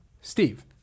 Steve